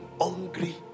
hungry